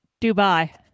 Dubai